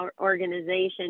organization